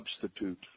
substitute